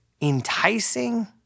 enticing